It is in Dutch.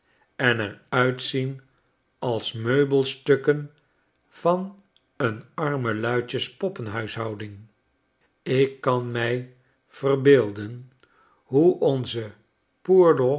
en er uitzien als meubelstukken van een armeluitjes poppenhuishouding ik kan mij verbeelden hoe onze